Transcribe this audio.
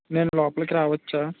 నేను లోపలకి రావచ్చా